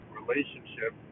relationship